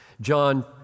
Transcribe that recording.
John